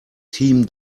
team